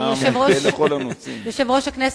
יושב-ראש הכנסת,